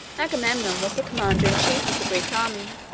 agamemnon was the commander-in-chief of the greek army.